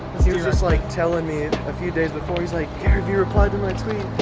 he was just like telling me a few days before he's like, gary v replied to my tweet.